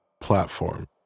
platform